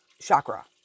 chakra